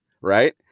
right